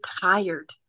tired